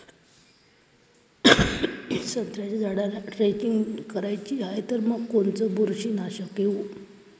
संत्र्याच्या झाडाला द्रेंचींग करायची हाये तर मग कोनच बुरशीनाशक घेऊ?